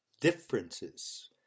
differences